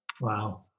Wow